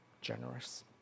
generous